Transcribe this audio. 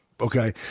okay